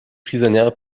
prisonnière